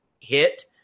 hit